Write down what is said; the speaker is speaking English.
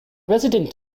resident